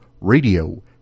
radio